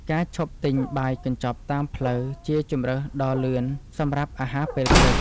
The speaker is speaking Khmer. ការឈប់ទិញបាយកញ្ចប់តាមផ្លូវជាជម្រើសដ៏លឿនសម្រាប់អាហារពេលព្រឹក។